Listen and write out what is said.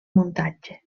muntatge